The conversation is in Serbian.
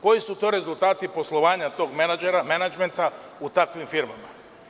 Koji su to rezultati poslovanja tog menadžmenta u takvim firmama?